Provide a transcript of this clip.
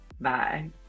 Bye